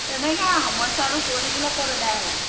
এনেকৈ আৰু সমস্যাটো কৈ থাকিলে ক'ত আদায় হ'ব